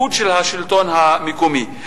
בתפקוד של השלטון המקומי.